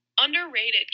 Underrated